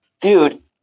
Dude